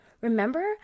Remember